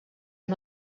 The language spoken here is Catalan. amb